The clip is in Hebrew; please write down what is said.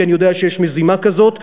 כי אני יודע שיש מזימה כזאת.